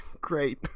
Great